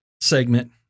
segment